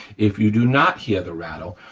if you do not hear the rattle,